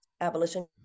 abolition